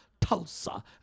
Tulsa